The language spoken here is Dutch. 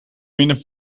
winnen